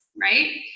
right